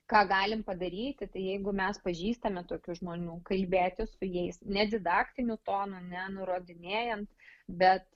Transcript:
ką galim padaryti tai jeigu mes pažįstame tokių žmonių kalbėti su jais nedidaktiniu tonu nenurodinėjant bet